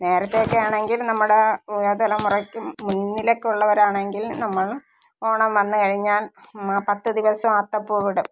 നേരത്തെ ഒക്കെ ആണെങ്കിൽ നമ്മുടെ യുവ തലമുറയ്ക്ക് മുന്നിലേക്കുള്ളവരാണെങ്കിൽ നമ്മൾ ഓണം വന്ന് കഴിഞ്ഞാൽ പത്ത് ദിവസം അത്തപ്പൂ ഇടും